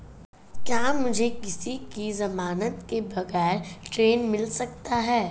क्या मुझे किसी की ज़मानत के बगैर ऋण मिल सकता है?